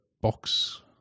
box